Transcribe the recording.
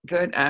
Good